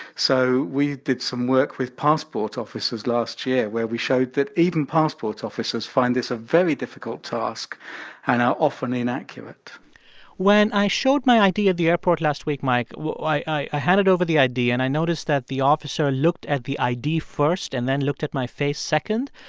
so we did some work with passport offices last year, where we showed that even passport officers find this a very difficult task and are often inaccurate when i showed my id at the airport last week, mike, i handed over the id and i noticed that the officer looked at the id first and then looked at my face second.